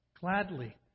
gladly